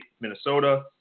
Minnesota